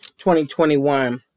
2021